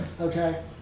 Okay